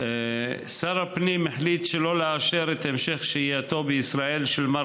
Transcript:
שר הפנים החליט שלא לאשר את המשך שהייתו בישראל של מר